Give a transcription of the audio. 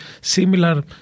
similar